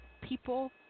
people